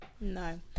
No